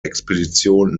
expedition